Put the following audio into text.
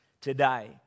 today